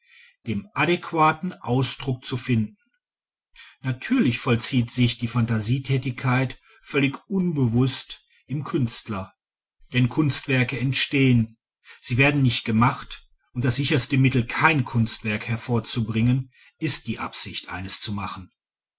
den adäquaten ausdruck zu finden natürlich vollzieht sich diese phantasietätigkeit völlig unbewußt im künstler denn kunstwerke entstehen sie werden nicht gemacht und das sicherste mittel kein kunstwerk hervorzubringen ist die absicht eins zu machen